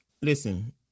listen